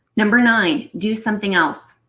number nine, do something else.